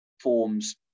forms